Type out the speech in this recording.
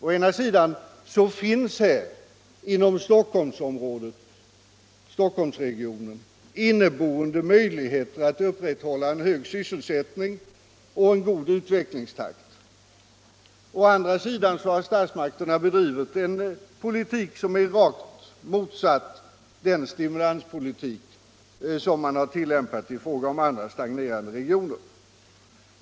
Å ena sidan har Stockholmsregionen inneboende möjligheter att upprätthålla en hög sysselsättning och en god utvecklingstakt. Å andra sidan har statsmakterna bedrivit en politik som är rakt motsatt den stimulanspolitik som man tillämpar i andra stagnerande regioner.